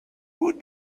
would